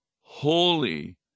holy